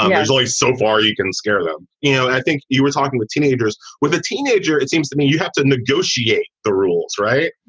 there's only so far you can scare them. you know, i think you were talking with teenagers, with a teenager. it seems to me you have to negotiate the rules, right?